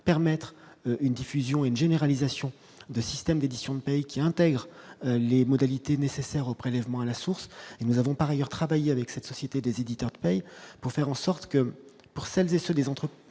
permettre une diffusion et une généralisation de systèmes d'édition de pays qui intègre les modalités nécessaires au prélèvement à la source, et nous avons par ailleurs travailler avec cette société des éditeurs pour faire en sorte que pour celles et ceux des entreprises,